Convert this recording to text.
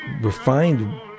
refined